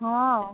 ହଁ